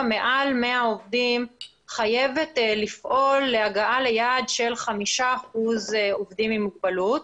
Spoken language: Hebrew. מעל 100 עובדים חייבת לפעול להגעה ליעד של 5% עובדים עם מוגבלות.